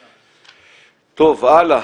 הלאה,